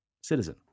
Citizen